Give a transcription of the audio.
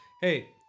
hey